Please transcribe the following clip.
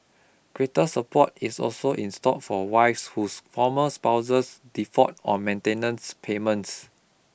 greater support is also in store for wives whose former spouses default on maintenance payments